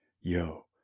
yo